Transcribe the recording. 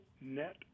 net